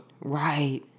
right